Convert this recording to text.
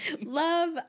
Love